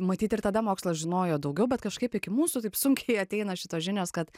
matyt ir tada mokslas žinojo daugiau bet kažkaip iki mūsų taip sunkiai ateina šitos žinios kad